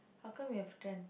how come you have ten